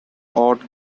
odd